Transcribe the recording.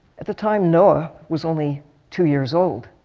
at the time noaa was only two years old.